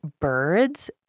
birds